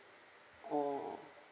oh